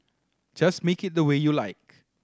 just make it the way you like